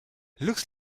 looks